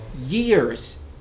years